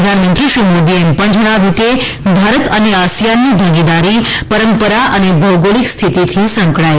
પ્રધાનમંત્રી શ્રી મોદીએ એમ પણ જણાવ્યુ કે ભારત અને આસિયાનની ભાગીદારી પરંપરા અને ભૌગોલિક સ્થિતીથી સંકળાયેલ છે